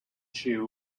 chu